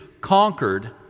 conquered